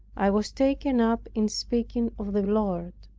i was taken up in speaking of the lord.